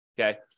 okay